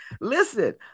Listen